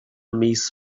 mis